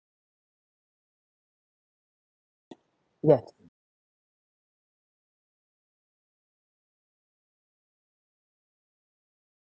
yes